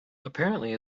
apparently